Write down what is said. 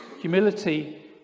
Humility